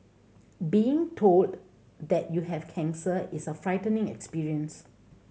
being told that you have cancer is a frightening experience